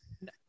No